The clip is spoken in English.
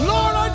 Lord